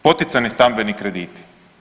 Poticajni stambeni krediti.